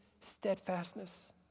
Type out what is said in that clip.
steadfastness